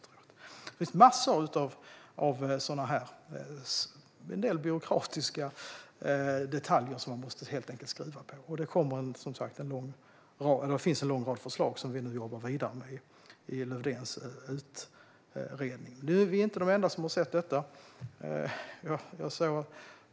Det finns massor med sådana här byråkratiska detaljer som helt enkelt måste skruvas på. Det finns, som sagt, en lång rad förslag i Lövdéns utredning som vi nu jobbar vidare med. Vi är inte de enda som har sett detta.